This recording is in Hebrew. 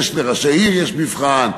לראשי עיר יש מבחן,